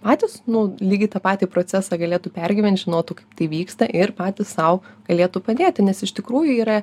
patys nu lygiai tą patį procesą galėtų pergyvent žinotų kaip tai vyksta ir patys sau galėtų padėti nes iš tikrųjų yra